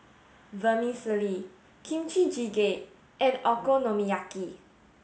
Vermicelli Kimchi jjigae and Okonomiyaki